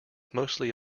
mostly